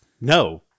No